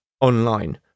online